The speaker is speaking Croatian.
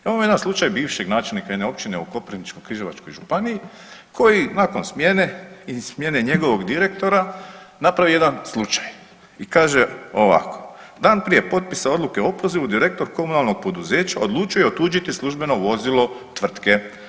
Imamo jedan slučaj bivšeg načelnika jedne općine u Koprivničko-križevačkoj županiji koji nakon smjene i smjene njegovog direktora napravio jedan slučaj i kaže ovako: „Dan prije potpisa odluke o opozivu direktor komunalnog poduzeća odlučio je otuđiti službeno vozilo tvrtke.